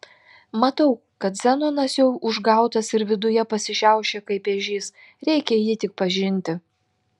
matau kad zenonas jau užgautas ir viduje pasišiaušė kaip ežys reikia jį tik pažinti